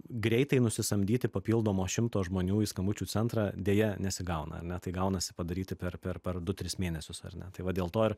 greitai nusisamdyti papildomo šimto žmonių į skambučių centrą deja nesigauna ar ne tai gaunasi padaryti per per per du tris mėnesius ar ne tai va dėl to ir